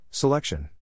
Selection